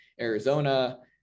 Arizona